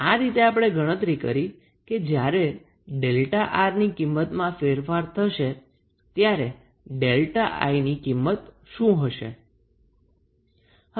આ રીતે આપણે ગણતરી કરી કે જ્યારે 𝛥𝑅 ની કિંમતમાં ફેરફાર થશે ત્યારે 𝛥𝐼 ની કિંમત શું હશે